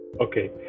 Okay